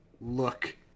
look